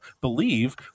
believe